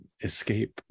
escape